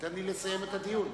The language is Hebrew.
תן לי לסיים את הדיון.